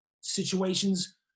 situations